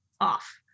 off